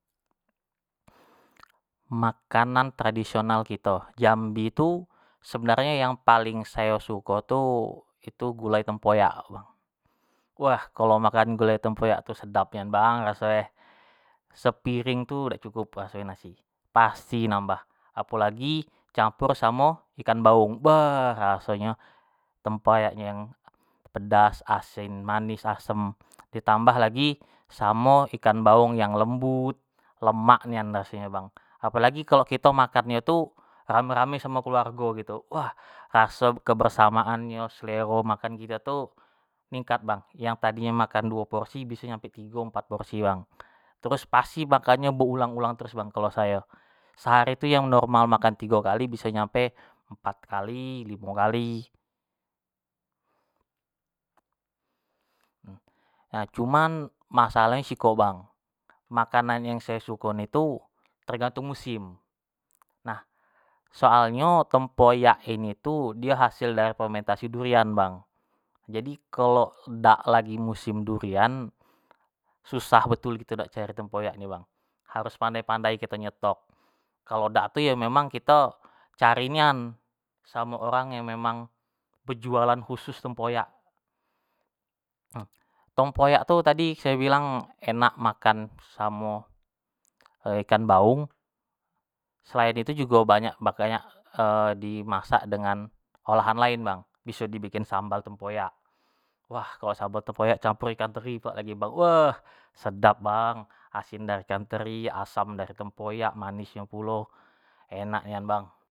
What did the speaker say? makanan tradisional kito jambi tu, sebenarnyo yang paling sayo suko tu, itu tu gulai tempoyak bang, wah kalo makan gulai tempoyak tu sedap nian bang raso e, sepiring tu dak cukup rasonyo nasi, pasti nambah apolagi campur samo ikan baung, baaah rasonyo tempoyak nyo yang pedas, asin, manis, asem ditambah lagi samo ikan baung yang lembut, lemaaak nian raso nyo bang, apolagi kalo kito makan nyo tu rame-rame samo keluargo gitu, wah raso kebersamaanyo selero makan kito tu ningkat bagng, yang tadi nyo makan duo porsi biso nyampe tigo empat porsi bang, terus pasti makan nyo be ulang-ulang terus kalo sayo, sehari tu yang normal makan tigo kali bisa nyampe empat kali, limo kali.nah cumin masalah nyo sikok bang, makanan yang sayo sukain itu tergantung musim, nah soalnyo tempoyak itu dio hasil dari fermentasi durian bang,, jadi kalo dak lagi musim durian susah betul kito nak cari tempoyak ini bang, harus pandai-pandai kito nyetok kalo dak tu yo memang kito cari nian samo orang yo yang memang bejualan khusus tempoyak, tempoyak tu tadi sayo bilang enak makan samo ikan baung, selain itu jugo banyak-banyak dimasak dengan olahan lain bang, biso dibikin sambal tempoyak, wah kalo sambal tempoyak campur ikan teri wah, sedap bang, asin dari ikan teri, asam dari tempoyak, manisnyo pulo, enak nian bang.